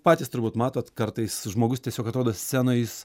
patys turbūt matot kartais žmogus tiesiog atrodo scenoj jis